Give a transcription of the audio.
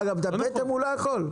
גם את הפטם הוא לא יכול?